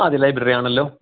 അതെ ലൈബ്രറിയാണല്ലോ